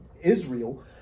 Israel